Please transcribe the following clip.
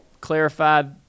clarified